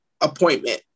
appointment